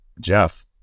Jeff